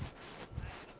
where is that